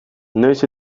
noiz